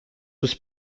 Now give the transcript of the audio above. was